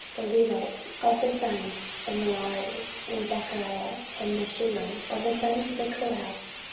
the levites, of the sons of merari and zechariah and meshullam, of the sons of the kohathites,